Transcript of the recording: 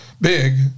big